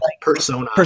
Persona